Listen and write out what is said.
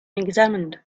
examined